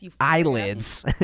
eyelids